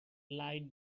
lied